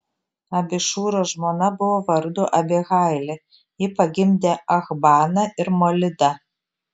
abišūro žmona buvo vardu abihailė ji pagimdė achbaną ir molidą